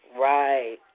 Right